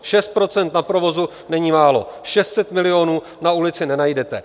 Šest procent na provozu není málo, 600 milionů na ulici nenajdete.